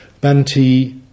Banti